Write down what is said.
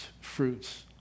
fruits